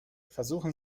versuchen